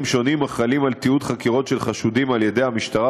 שונים החלים על תיעוד חקירות של חשודים על-ידי המשטרה,